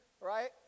right